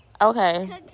okay